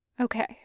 okay